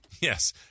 Yes